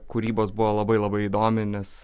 kūrybos buvo labai labai įdomi nes